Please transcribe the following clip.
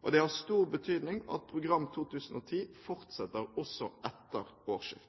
Det er av stor betydning at Program 2010 fortsetter også etter årsskiftet.